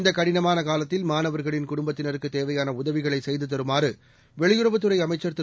இந்த கடினமான காலத்தில் மாணவர்களின் குடும்பத்தினருக்கு தேவையான உதவிகளை செய்து தருமாறு வெளியுறவுத்துறை அமைச்சர் திரு